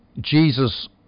Jesus